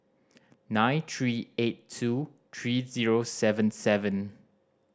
nine three eight two three zero seven seven